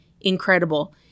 incredible